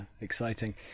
exciting